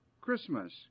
Christmas